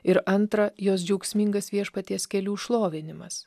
ir antra jos džiaugsmingas viešpaties kelių šlovinimas